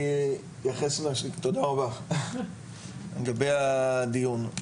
אני אתייחס לגבי הדיון.